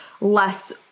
less